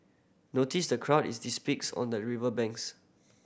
notice the crowd it on the river banks